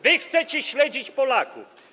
Wy chcecie śledzić Polaków.